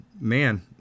man –